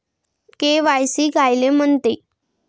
KYC कायले म्हनते?